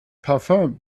parfüm